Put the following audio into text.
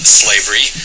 slavery